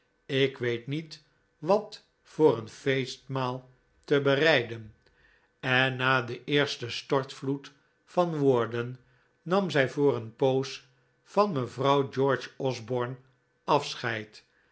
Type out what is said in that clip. ik weet niet wat voor een feestmaal te bereiden en na den eersten stortvloed van woorden nam zij voor een poos van mevrouw george osborne afscheid